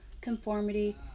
conformity